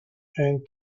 and